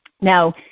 Now